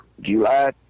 July